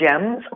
Gems